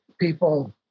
people